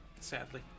sadly